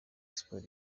sports